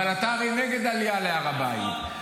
אבל אתה הרי נגד עלייה להר הבית,